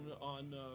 on